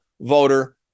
voter